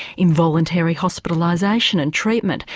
involuntary hospitalisation and treatment,